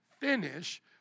finish